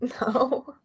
No